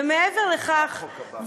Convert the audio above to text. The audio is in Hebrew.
ומעבר לכך,